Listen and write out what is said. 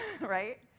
right